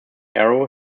arrow